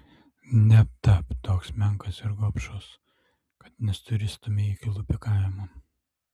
netapk toks menkas ir gobšus kad nusiristumei iki lupikavimo